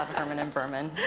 herman and vermin.